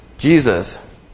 Jesus